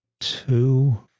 two